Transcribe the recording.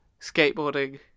Skateboarding